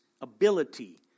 ability